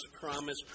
promise